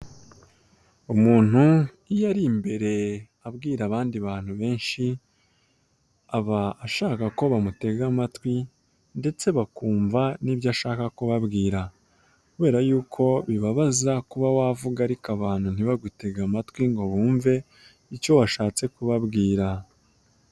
Umuntu iyo ari imbere abwira abandi bantu benshi aba ashaka ko bamutega amatwi ndetse bakumva n'ibyo ashaka kubabwira kubera yuko bibabaza kuba wavuga ariko abantu ntibagutege amatwi ngo bumve icyo washatse kubabwira.